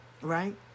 Right